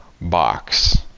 Box